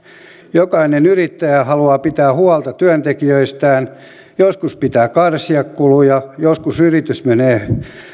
jokainen yrittäjä haluaa pitää huolta työntekijöistään joskus pitää karsia kuluja joskus yrityksellä menee